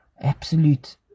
absolute